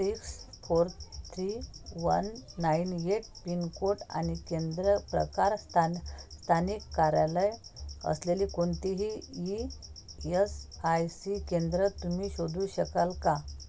six four three one nine eight pin code आणि केंद्र प्रकार स्थानि स्थानिक कार्यालय असलेली कोणतीही ई एस आय सी केंद्र तुम्ही शोधू शकाल का